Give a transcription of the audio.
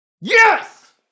Yes